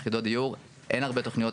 זה חשוב בהדגשה,